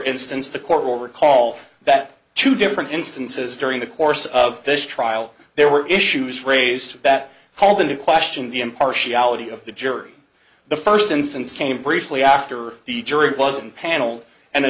instance the court will recall that two different instances during the course of this trial there were issues raised that called into question the impartiality of the jury the first instance came briefly after the jury wasn't panel and a